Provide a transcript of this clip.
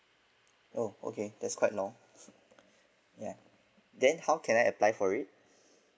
oh okay that's quite long ya then how can I apply for it